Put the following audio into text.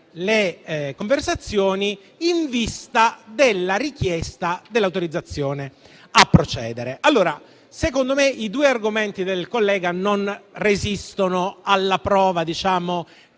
le conversazioni in vista della richiesta dell'autorizzazione a procedere. I due argomenti del collega non resistono, a mio